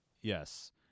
Yes